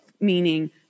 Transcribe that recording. meaning